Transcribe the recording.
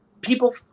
people